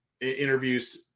interviews